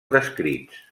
descrits